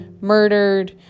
murdered